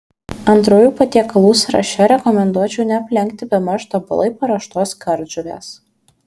antrųjų patiekalų sąraše rekomenduočiau neaplenkti bemaž tobulai paruoštos kardžuvės